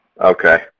Okay